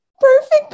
Perfect